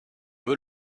veux